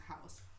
house